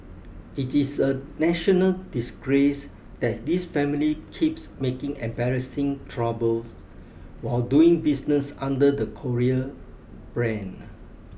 it is a national disgrace that this family keeps making embarrassing troubles while doing business under the Korea brand